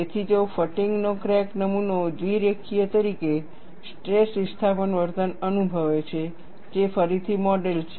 તેથી જો ફટીગ નો ક્રેક નમૂનો દ્વિરેખીય તરીકે સ્ટ્રેસ વિસ્થાપન વર્તન અનુભવે છે જે ફરીથી મોડેલ છે